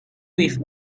with